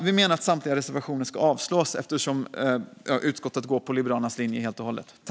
Vi menar att samtliga reservationer ska avslås, eftersom utskottet går på Liberalernas linje helt och hållet.